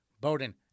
Bowden